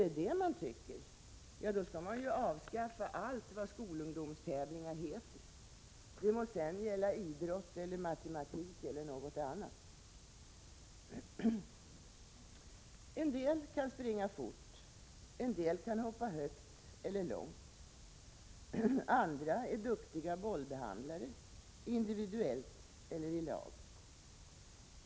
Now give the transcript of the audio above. För är det så man tycker, skall man ju avskaffa allt vad skolungdomstävlingar heter, det må sedan gälla idrott, matematik eller något annat. En del kan springa fort, en del kan hoppa högt eller långt, andra är duktiga bollbehandlare — individuellt eller i lag.